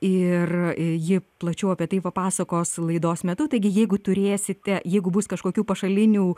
ir ji plačiau apie tai papasakos laidos metu taigi jeigu turėsite jeigu bus kažkokių pašalinių